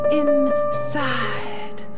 inside